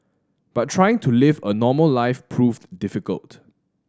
but trying to live a normal life proved difficult